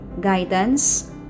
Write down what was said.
guidance